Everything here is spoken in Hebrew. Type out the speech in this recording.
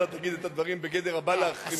אתה תגיד את הדברים בגדר: הבא להחרימך,